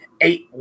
eight